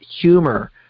humor